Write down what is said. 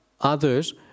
others